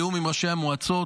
בתיאום עם ראשי המועצות,